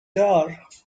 دار